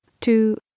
two